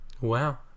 wow